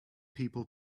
people